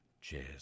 Cheers